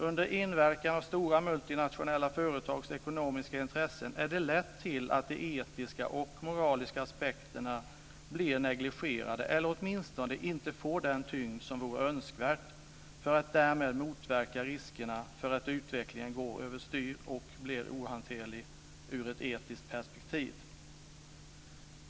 Under inverkan av stora multinationella företags ekonomiska intressen är det lätt att de etiska och moraliska aspekterna blir negligerade eller åtminstone inte får den tyngd som vore önskvärd för att motverka riskerna för att utvecklingen går över styr och blir ohanterlig ur ett etiskt perspektiv.